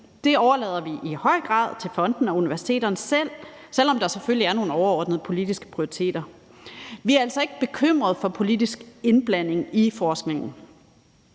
Det overlader vi i høj grad til fondene og universiteterne selv, selv om der selvfølgelig er nogle overordnede politiske prioriteter. Vi er altså ikke bekymrede for politisk indblanding i forskningen.